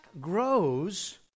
grows